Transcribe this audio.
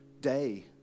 day